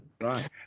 Right